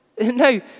No